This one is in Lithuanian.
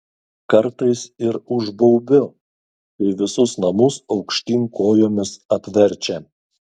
kartais ir užbaubiu kai visus namus aukštyn kojomis apverčia